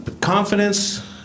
Confidence